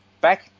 back